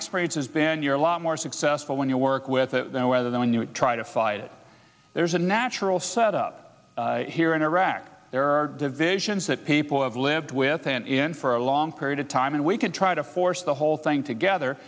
experience has been you're a lot more successful when you work with the weather then you try to fight it there's a natural set up here in iraq there are divisions that people have lived with and in for a long period of time and we could try to force the whole thing together